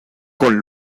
con